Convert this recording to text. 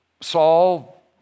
Saul